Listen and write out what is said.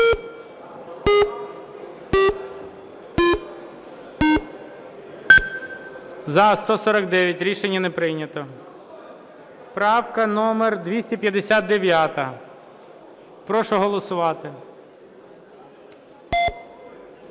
За-149 Рішення не прийнято. Правка номер 259. Прошу голосувати.